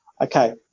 Okay